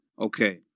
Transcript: Okay